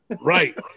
Right